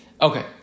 Okay